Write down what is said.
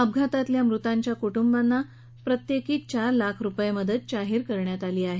अपघातातल्या मृतांच्या कुटुंबाला प्रत्येकी चार लाख रूपये मदत जाहीर करण्यात आली आहे